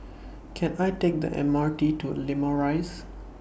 Can I Take The M R T to Limau Rise